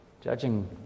judging